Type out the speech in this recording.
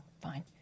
Fine